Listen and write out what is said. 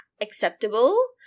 acceptable